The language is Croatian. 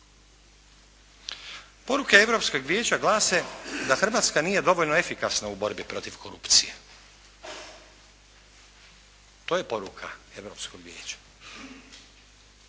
Poruke Europskog vijeća glase da Hrvatska nije dovoljno efikasna u borbi protiv korupcije. To je poruka Europskog vijeća.